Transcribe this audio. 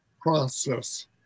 process